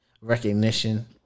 recognition